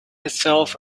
itself